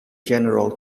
general